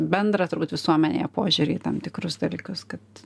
bendrą turbūt visuomenėje požiūrį į tam tikrus dalykus kad